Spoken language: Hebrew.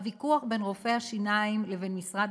הוויכוח בין רופאי השיניים לבין משרד